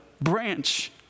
branch